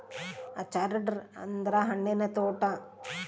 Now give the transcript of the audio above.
orchard ಅಂದ್ರ ಹಣ್ಣಿನ ತೋಟ